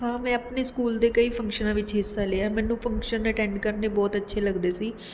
ਹਾਂ ਮੈਂ ਆਪਣੇ ਸਕੂਲ ਦੇ ਕਈ ਫੰਕਸ਼ਨਾਂ ਵਿੱਚ ਹਿੱਸਾ ਲਿਆ ਮੈਨੂੰ ਫੰਕਸ਼ਨ ਅਟੈਂਡ ਕਰਨੇ ਬਹੁਤ ਅੱਛੇ ਲੱਗਦੇ ਸੀ